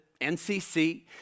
NCC